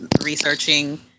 researching